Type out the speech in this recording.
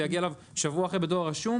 יגיע אליו שבוע לאחר מכן בדואר רשום.